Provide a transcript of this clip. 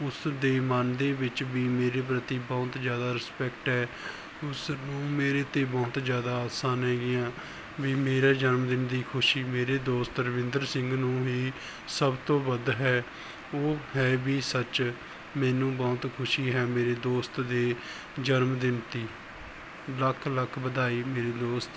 ਉਸ ਦੇ ਮਨ ਦੇ ਵਿੱਚ ਵੀ ਮੇਰੇ ਪ੍ਰਤੀ ਬਹੁਤ ਜ਼ਿਆਦਾ ਰਿਸਪੈਕਟ ਹੈ ਉਸ ਨੂੰ ਮੇਰੇ 'ਤੇ ਬਹੁਤ ਜ਼ਿਆਦਾ ਆਸਾਂ ਨੇਗੀਆਂ ਵੀ ਮੇਰੇ ਜਨਮਦਿਨ ਦੀ ਖੁਸ਼ੀ ਮੇਰੇ ਦੋਸਤ ਰਵਿੰਦਰ ਸਿੰਘ ਨੂੰ ਵੀ ਸਭ ਤੋਂ ਵੱਧ ਹੈ ਉਹ ਹੈ ਵੀ ਸੱਚ ਮੈਨੂੰ ਬਹੁਤ ਖੁਸ਼ੀ ਹੈ ਮੇਰੇ ਦੋਸਤ ਦੇ ਜਨਮਦਿਨ ਤੀ ਲੱਖ ਲੱਖ ਵਧਾਈ ਮੇਰੇ ਦੋਸਤ